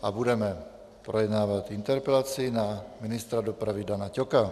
A budeme projednávat interpelaci na ministra dopravy Dana Ťoka.